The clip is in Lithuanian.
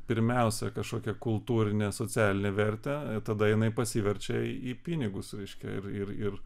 pirmiausia kažkokią kultūrinę socialinę vertę tada jinai pasiverčia į pinigus reiškia ir ir